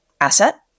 asset